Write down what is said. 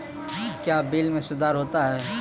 क्या बिल मे सुधार होता हैं?